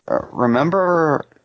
remember